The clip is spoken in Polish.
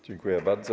Dziękuję bardzo.